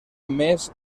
més